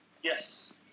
Yes